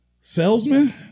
Salesman